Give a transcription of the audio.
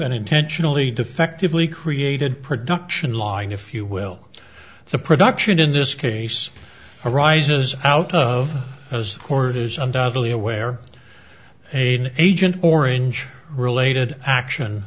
and intentionally defectively created production line if you will the production in this case arises out of court is undoubtedly aware of a agent orange related action